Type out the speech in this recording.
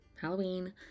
Halloween